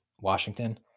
Washington